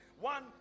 One